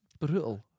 brutal